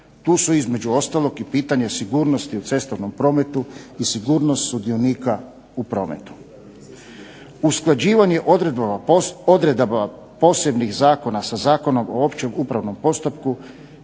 Tu su između ostalog i pitanje sigurnosti u cestovnom prometu i sigurnost sudionika u prometu. Usklađivanje odredaba posebnih zakona sa Zakonom o općem upravnom postupku